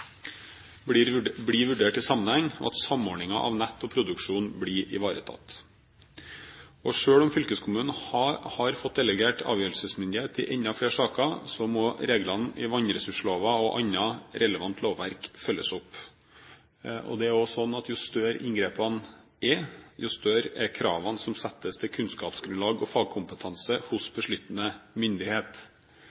blir vurdert i sammenheng, og at samordningen av nett og produksjon blir ivaretatt. Selv om fylkeskommunen hadde fått delegert avgjørelsesmyndighet i enda flere saker, må reglene i vannressursloven og annet relevant lovverk følges. Jo større inngrepene er, jo større er kravene som settes til kunnskapsgrunnlag og fagkompetanse hos